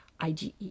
IgE